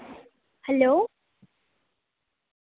hello